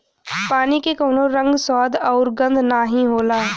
पानी के कउनो रंग, स्वाद आउर गंध नाहीं होला